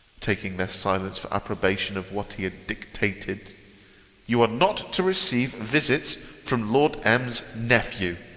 taking their silence for approbation of what he had dictated you are not to receive visits from lord m s nephew.